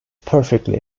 perfectly